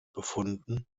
befunden